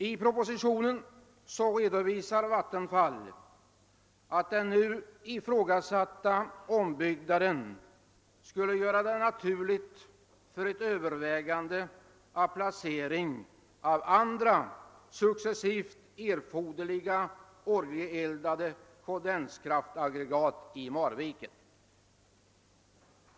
I propositionen redovisar Vattenfall »att den nu ifrågasatta ombyggnaden skulle göra det naturligt för ett övervägande av placering av andra successivt erforderliga oljeeldade kondenskraftaggregat i Marviken«.